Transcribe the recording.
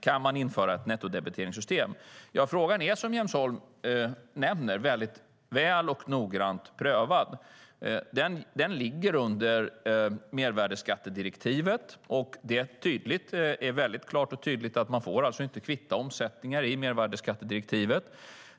Kan man införa ett nettodebiteringssystem? Frågan är som Jens Holm nämner väl och noggrant prövad. Den ligger under mervärdesskattedirektivet, och det är klart och tydligt att man inte får kvitta omsättningar i mervärdesskattedirektivet.